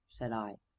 said i.